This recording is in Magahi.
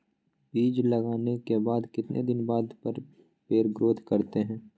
बीज लगाने के बाद कितने दिन बाद पर पेड़ ग्रोथ करते हैं?